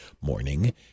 morning